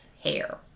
hair